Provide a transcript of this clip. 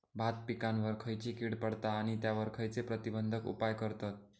भात पिकांवर खैयची कीड पडता आणि त्यावर खैयचे प्रतिबंधक उपाय करतत?